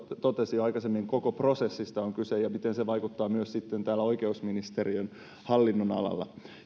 totesi aikaisemmin koko prosessista on kyse ja siitä miten se vaikuttaa myös täällä oikeusministeriön hallinnonalalla